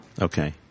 okay